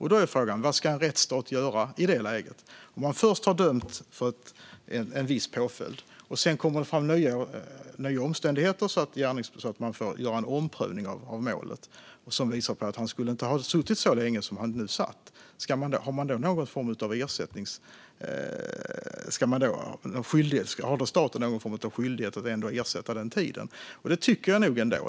Vad ska en rättsstat göra i detta läge? Man har först dömts till en viss påföljd, men på grund av nya omständigheter görs en omprövning som visar att man inte skulle ha suttit så länge. Har staten då en skyldighet att ersätta den dömde för denna tid?